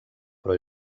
però